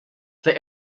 they